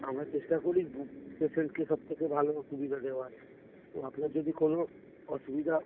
আমরা চেষ্টা করি প পেশেন্টকে সবথেকে ভালো সুবিধা দেওয়ার তো আপনার যদি কোনও অসুবিধা